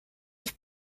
ich